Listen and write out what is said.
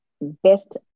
best